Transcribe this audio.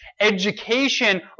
education